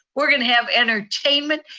we're going to have entertainment.